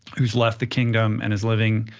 who's left the kingdom and is living